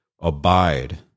abide